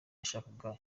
yashakaga